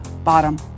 bottom